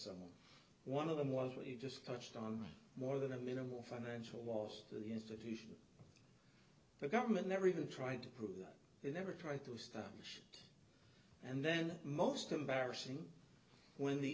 some one of them was what you just touched on more than a minimal financial loss to the institution the government never even tried to prove that you never try to establish and then most embarrassing when the